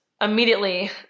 immediately